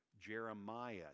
Jeremiah